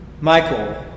Michael